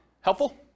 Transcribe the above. Helpful